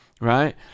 right